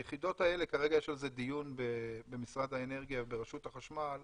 כרגע יש על זה דיון במשרד האנרגיה, ברשות החשמל.